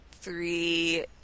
three